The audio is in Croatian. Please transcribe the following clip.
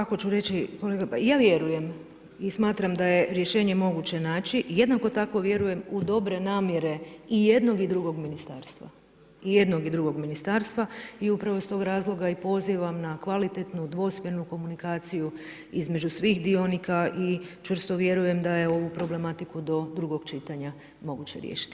Ovako ću reći kolega, ja vjerujem i smatram da je rješenje moguće naći, jednako tako vjerujem u dobre namjere i jednog i drugog ministarstva i jednog i drugog ministarstva i upravo iz tog razloga i pozivam na kvalitetnu, dvosmjernu komunikaciju između svih dionika i čvrsto vjerujem da je ovu problematiku do drugog čitanja moguće riješiti.